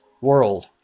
world